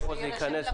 איפה זה ייכנס?